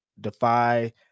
Defy